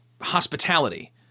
hospitality